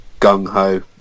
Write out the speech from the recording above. gung-ho